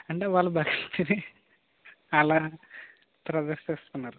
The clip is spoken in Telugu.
అంటే వాళ్ళు బ అలా ప్రవేశిస్తున్నారు